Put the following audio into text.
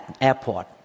airport